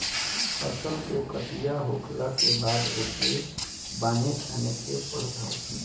फसल के कटिया होखला के बाद ओके बान्हे छाने के पड़त हवे